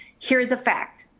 here's a fact.